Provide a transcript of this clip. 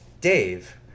Dave